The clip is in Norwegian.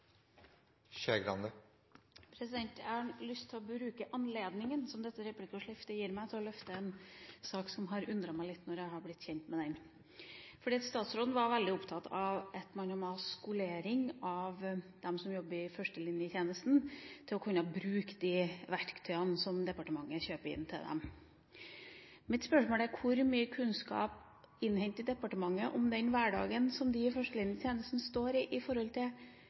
Jeg har lyst til å bruke den anledninga som dette replikkordskiftet gir meg, til å løfte en sak som fra jeg ble kjent med den, har undret meg litt. Statsråden var veldig opptatt av at man må skolere dem som jobber i førstelinjetjenesten, slik at de kan bruke de verktøyene som departementet kjøper inn til dem. Mitt spørsmål er: Hvor mye kunnskap innhenter departementet om den hverdagen som de i førstelinjetjenesten står i, og om hvordan de skal bruke dette aktivt i